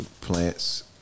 plants